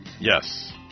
Yes